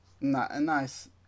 nice